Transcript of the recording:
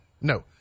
No